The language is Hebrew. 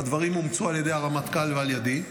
והדברים אומצו על ידי הרמטכ"ל ועל ידי,